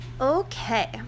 Okay